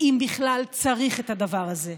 אם בכלל צריך את הדבר הזה.